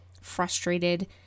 frustrated